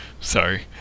Sorry